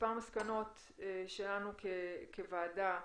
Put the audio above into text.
מספר מסקנות שלנו כוועדה: